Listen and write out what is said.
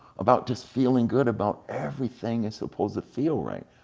about just feeling good about everything is supposed to feel right.